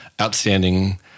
outstanding